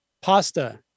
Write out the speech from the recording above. pasta